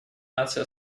наций